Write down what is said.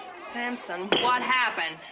samson what happened?